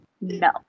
No